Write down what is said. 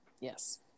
Yes